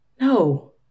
No